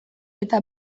eta